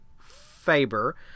Faber